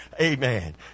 Amen